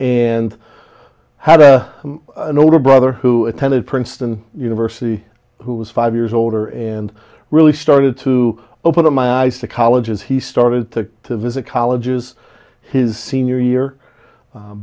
and had a an older brother who attended princeton university who was five years older and really started to open up my eyes to colleges he started to to visit colleges his senior year